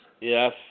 Yes